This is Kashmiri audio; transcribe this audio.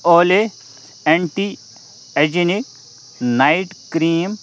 اولے ایٚنٹی ایجنِگ نایِٹ کرٛیم